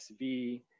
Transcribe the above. SV